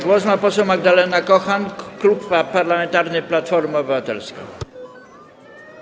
Głos ma poseł Magdalena Kochan, Klub Parlamentarny Platforma Obywatelska.